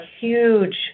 huge